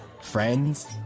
friends